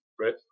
right